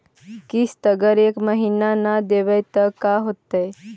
किस्त अगर एक महीना न देबै त का होतै?